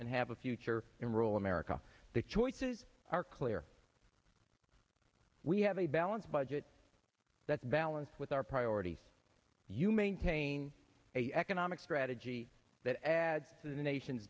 and have a future in rural america the choices are clear we have a balanced budget that's balanced with our priorities you maintain a economic strategy that adds to the nation's